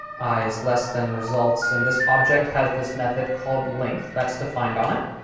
i is less than results, and this object has this method called length that's defined on it.